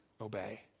obey